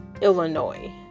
Illinois